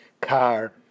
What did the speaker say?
car